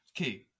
Okay